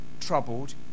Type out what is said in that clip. troubled